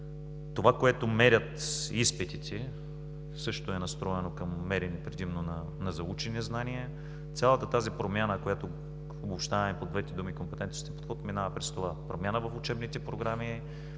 Това, което мерят изпитите, също е настроено към мерене предимно на заучени знания. Цялата тази промяна, която обобщаваме по двете думи – компетентност и подход, минава през това: промяна в учебните програми,